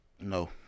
No